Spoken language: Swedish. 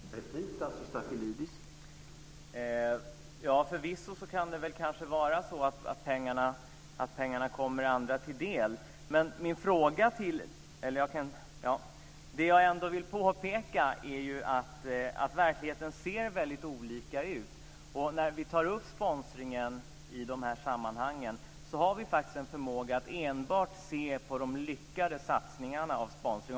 Herr talman! Förvisso kan det kanske vara så att pengarna kommer andra till del. Vad jag ändå vill påpeka är att verkligheten ser väldigt olika ut. När vi tar upp sponsringen i de här sammanhangen har vi en förmåga att enbart se på de lyckade satsningarna.